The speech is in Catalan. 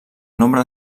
nombre